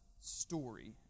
story